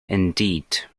indeed